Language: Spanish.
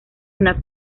una